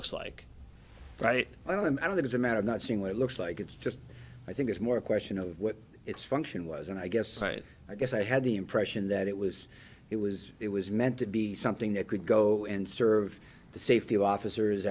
looks like right i don't and it is a matter of not seeing what looks like it's just i think it's more a question of what its function was and i guess i guess i had the impression that it was it was it was meant to be something that could go and serve the safety of officers